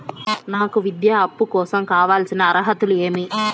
నాకు విద్యా అప్పు కోసం కావాల్సిన అర్హతలు ఏమి?